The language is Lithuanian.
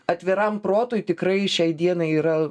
atviram protui tikrai šiai dienai yra